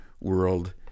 world